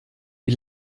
wie